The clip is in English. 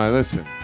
listen